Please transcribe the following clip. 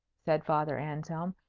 said father anselm.